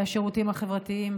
לשירותים החברתיים,